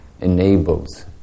enables